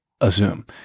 assume